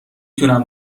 تونم